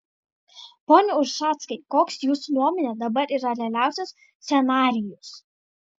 pone ušackai koks jūsų nuomone dabar yra realiausias scenarijus